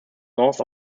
north